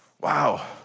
wow